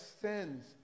sins